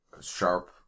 sharp